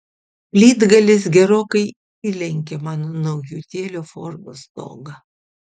plytgalis gerokai įlenkė mano naujutėlio fordo stogą